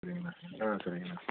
சரிங்கண்ணா ஆ சரிங்கண்ணா